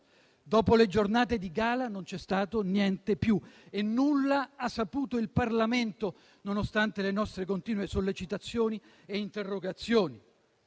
Dopo le giornate di gala non c'è stato niente più. E nulla ha saputo il Parlamento, nonostante le nostre continue sollecitazioni e interrogazioni.